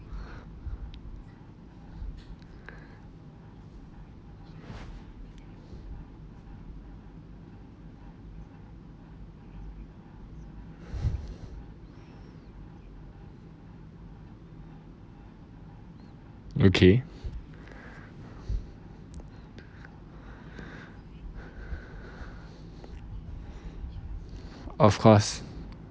okay of course